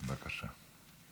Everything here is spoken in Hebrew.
בבקשה.